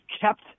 kept